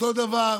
אותו דבר